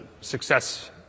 success